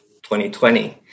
2020